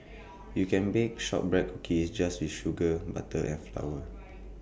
you can bake Shortbread Cookies just with sugar butter and flour